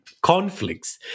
conflicts